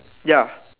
ya